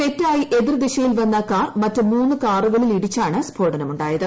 തെറ്റായി എതിർദിശകളിൽ വന്ന കാർ മറ്റ് മൂന്ന്കാറുകളിൽ ഇടിച്ചാണ്സ്ഫോടനം ഉണ്ടായത്